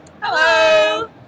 Hello